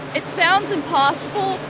it sounds impossible,